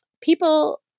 people